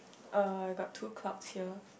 uh got two clouds here